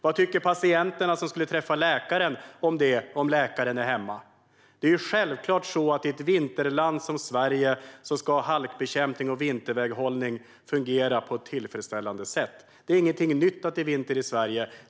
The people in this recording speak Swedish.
Vad tycker patienterna som ska träffa läkaren om läkaren är hemma? Det är självklart att i ett vinterland som Sverige ska halkbekämpning och vinterväghållning fungera på ett tillfredsställande sätt. Det är ingenting nytt att det är vinter i Sverige.